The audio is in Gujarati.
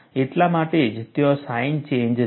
એટલા માટે જ ત્યાં સાઇન ચેન્જ છે